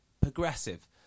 progressive